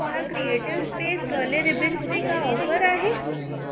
छा creative space colour ribbons ते का ऑफर आहे